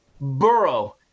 Burrow